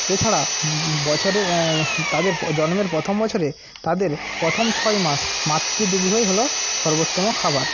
এছাড়া বছরের তাদের জন্মের প্রথম বছরে তাদের প্রথম ছয় মাস মাতৃদুগ্ধই হল সর্বোত্তমো খাবার